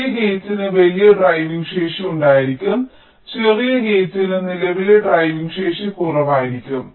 വലിയ ഗേറ്റിന് വലിയ ഡ്രൈവിംഗ് ശേഷി ഉണ്ടായിരിക്കും ചെറിയ കവാടങ്ങൾക്ക് നിലവിലെ ഡ്രൈവിംഗ് ശേഷി കുറവായിരിക്കും